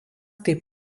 taip